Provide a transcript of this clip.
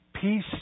peace